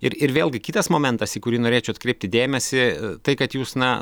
ir ir vėlgi kitas momentas į kurį norėčiau atkreipti dėmesį tai kad jūs na